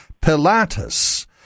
Pilatus